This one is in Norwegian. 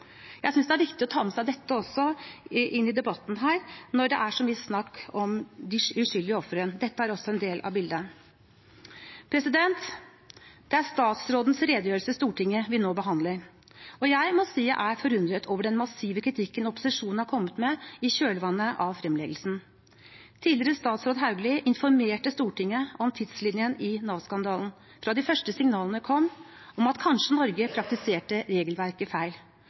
Jeg synes det er viktig å ta med seg også dette inn i debatten, når det er så mye snakk om de uskyldige ofrene. Dette er også en del av bildet. Det er den tidligere statsrådens redegjørelse i Stortinget vi nå behandler, og jeg må si jeg er forundret over den massive kritikken opposisjonen har kommet med i kjølvannet av fremleggelsen. Tidligere statsråd Hauglie informerte Stortinget om tidslinjen i Nav-skandalen – fra de første signalene kom om at Norge kanskje praktiserte regelverket feil.